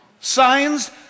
Signs